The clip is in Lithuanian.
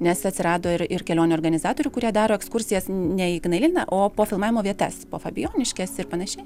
nes atsirado ir ir kelionių organizatorių kurie daro ekskursijas ne į ignaliną o po filmavimo vietas po fabijoniškes ir panašiai